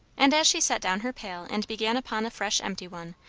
and as she set down her pail and began upon a fresh empty one,